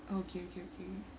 okay okay okay